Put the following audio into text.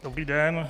Dobrý den.